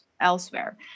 elsewhere